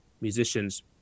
musicians